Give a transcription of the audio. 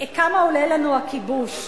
כמה עולה לנו הכיבוש.